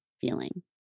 feeling